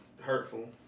hurtful